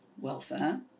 welfare